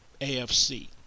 AFC